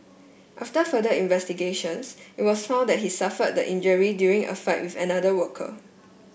after further investigations it was found that he suffered the injury during a fight with another worker